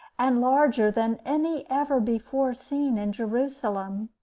and larger than any ever before seen in jerusalem.